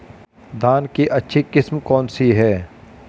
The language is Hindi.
धान की अच्छी किस्म कौन सी है?